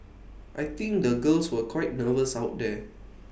I think the girls were quite nervous out there